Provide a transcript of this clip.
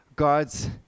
God's